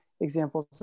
examples